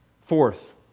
Fourth